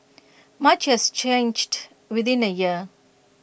much has changed within A year